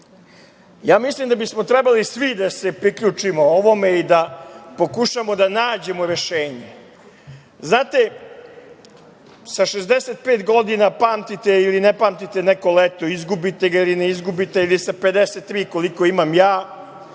Ja mislim da bismo trebali svi da se priključimo ovome i da pokušamo da nađemo rešenje. Znate, sa 65 godina, pamtite ili ne pamtite neko leto, izgubite ili ga ne izgubite ili sa 53 koliko imam ja,